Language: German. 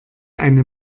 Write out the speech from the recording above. eine